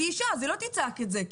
כי היא אישה והיא לא תצעק את זה.